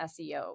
SEO